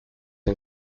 and